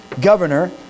governor